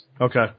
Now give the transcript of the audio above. okay